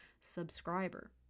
subscriber